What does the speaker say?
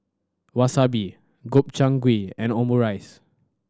Wasabi Gobchang Gui and Omurice